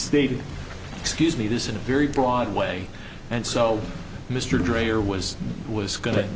stated excuse me this in a very broad way and so mr dreyer was was go